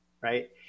right